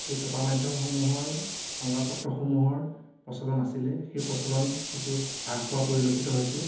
এই চপা মাধ্যমসমূহৰ সংবাদ পত্ৰসমূহৰ প্ৰচলন আছিলে সেই প্ৰচলন কিছু হ্ৰাস পোৱা পৰিলক্ষিত হৈছে